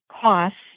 costs